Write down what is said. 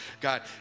God